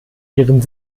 ihren